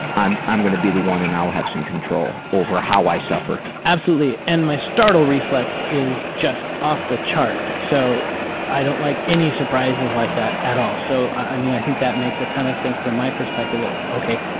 i'm i'm gonna be the one and i'll have some control over how i suffer. absolutely. and my startle reflex is just off the chart. so i don't like any surprises like that at all. so, i mean, i think that makes a ton of sense from my perspective that, ok,